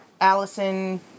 Allison